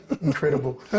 Incredible